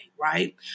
Right